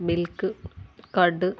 milk curd